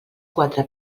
quatre